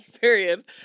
period